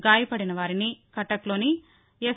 గాయపడిన వారిని కటక్లోని ఎస్